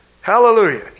Hallelujah